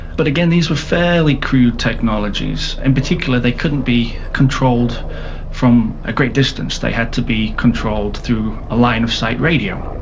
but again these were fairly crude technologies, and in particular they couldn't be controlled from a great distance, they had to be controlled through a line of sight radio.